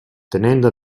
tenendo